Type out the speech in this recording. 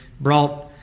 brought